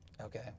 Okay